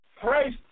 praise